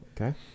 Okay